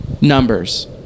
numbers